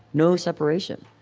no separation.